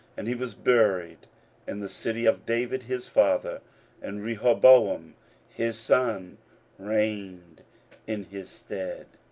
and he was buried in the city of david his father and rehoboam his son reigned in his stead.